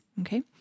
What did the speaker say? Okay